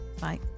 bye